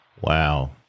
Wow